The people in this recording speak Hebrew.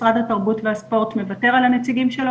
משרד התרבות והספורט מוותר על הנציגים שלו